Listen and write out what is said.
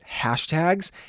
hashtags